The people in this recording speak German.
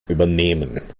übernehmen